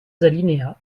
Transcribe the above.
alinéas